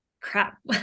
crap